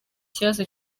kibazo